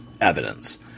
evidence